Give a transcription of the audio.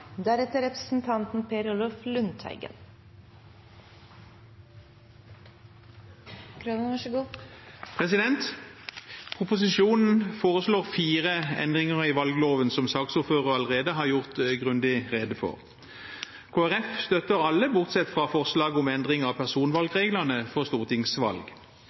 foreslår fire endringer i valgloven, som saksordføreren allerede har gjort grundig rede for. Kristelig Folkeparti støtter alle bortsett fra forslag om endring av personvalgreglene for stortingsvalg.